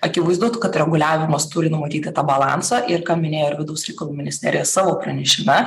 akivaizdu kad reguliavimas turi numatyti tą balansą ir ką minėjo ir vidaus reikalų ministerija savo pranešime